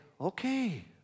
okay